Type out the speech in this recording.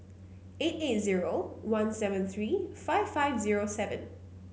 eight eight zero one seven three five five zero seven